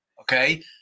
Okay